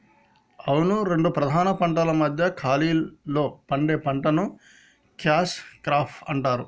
అవును రెండు ప్రధాన పంటల మధ్య ఖాళీలో పండే పంటని క్యాచ్ క్రాప్ అంటారు